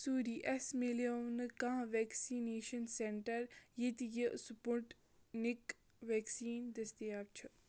سوٗری اَسہِ مِلیو نہٕ کانٛہہ وٮ۪کسِنیٚشن سینٹر ییٚتہِ یہِ سٕپُٹنِک ویکسیٖن دٔستِیاب چھُ